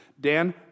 Dan